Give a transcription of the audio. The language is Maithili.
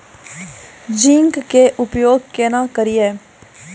जिंक के उपयोग केना करये?